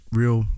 real